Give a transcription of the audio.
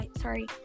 sorry